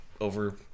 over